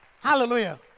Hallelujah